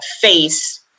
face